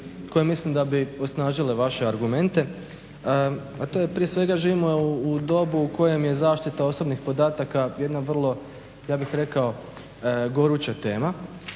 koje mislim da bi osnažile vaše argumente, a to je prije svega živimo u dobu u kojem je zaštita osobnih podataka jedna vrlo ja bih rekao goruća tema